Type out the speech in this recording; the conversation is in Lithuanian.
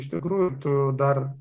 iš tikrųjų tu dar